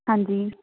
ਹਾਂਜੀ